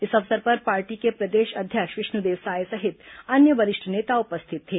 इस अवसर पर पार्टी के प्रदेश अध्यक्ष विष्णुदेव साय सहित अन्य वरिष्ठ नेता उपस्थित थे